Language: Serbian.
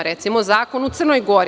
Recimo, zakon u Crnoj Gori.